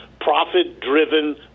profit-driven